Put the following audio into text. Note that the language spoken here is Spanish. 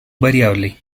variable